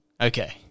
Okay